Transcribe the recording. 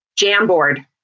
Jamboard